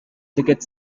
ticket